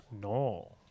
No